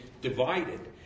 divided